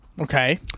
Okay